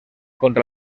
contra